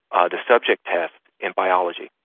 ah the subject test in biology.